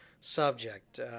subject